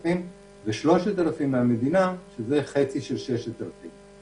שקל ו-3,000 שקל מהמדינה שזה חצי של 6,000 שקל.